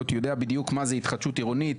יודע בדיוק מה זה התחדשות עירונית,